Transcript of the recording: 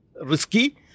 risky